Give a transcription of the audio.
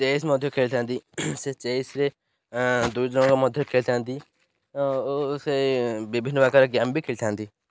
chess ମଧ୍ୟ ଖେଳିଥାନ୍ତି ସେ ଚେସ୍ରେ ଦୁଇଜଣଙ୍କ ମଧ୍ୟ ଖେଳିଥାନ୍ତି ଓ ସେ ବିଭିନ୍ନ ପ୍ରକାର ଗେମ୍ ବି ଖେଳିଥାନ୍ତି